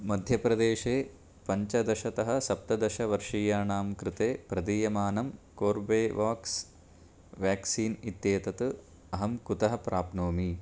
मध्यप्रदेशे पञ्चदशतः सप्तदशवर्षीयाणां कृते प्रदीयमानं कोर्बेवाक्स् व्याक्सीन् इत्येतत् अहं कुतः प्राप्नोमि